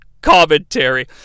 commentary